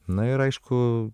na ir aišku